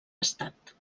estat